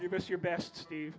you missed your best steve